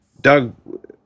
Doug